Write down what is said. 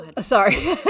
sorry